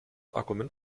argument